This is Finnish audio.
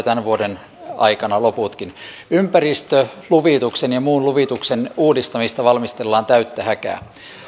tämän vuoden aikana ympäristöluvituksen ja muun luvituksen uudistamista valmistellaan täyttä häkää